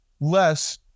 less